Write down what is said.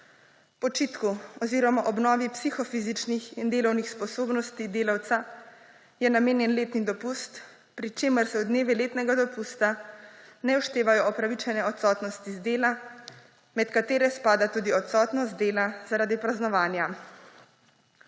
Počitku oziroma obnovi psihofizičnih in delovnih sposobnosti delavca je namenjen letni dopust, pri čemer se dnevi letnega dopusta ne vštevajo v opravičene odsotnosti z dela, med katere spada tudi odsotnost z dela zaradi praznovanja.